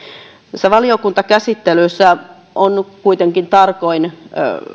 tässä valiokuntakäsittelyssä on kuitenkin tarkoin